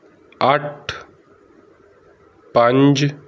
ਅੱਠ ਪੰਜ